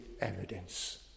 evidence